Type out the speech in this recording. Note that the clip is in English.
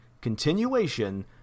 continuation